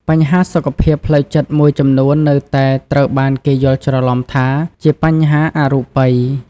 បញ្ហាសុខភាពផ្លូវចិត្តមួយចំនួននៅតែត្រូវបានគេយល់ច្រឡំថាជាបញ្ហាអរូបី។